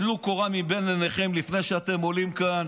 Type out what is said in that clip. טלו קורה מבין עיניכם לפני שאתם עולים לכאן.